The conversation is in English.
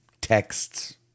texts